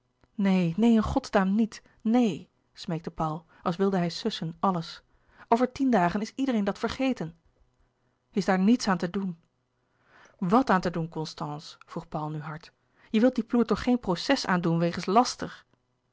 neen neen in godsnaam niet neen smeekte paul als wilde hij sussen alles over tien dagen is iedereen dat vergeten is daar niets aan te doen wat aan te doen constance vroeg paul nu hard je wilt dien ploert toch geen proces aandoen wegens laster